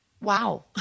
wow